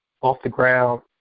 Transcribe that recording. off-the-ground